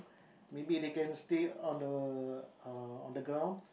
maybe they can stay on the uh on the ground